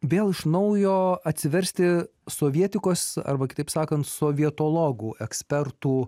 vėl iš naujo atsiversti sovietikos arba kitaip sakant sovietologų ekspertų